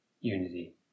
unity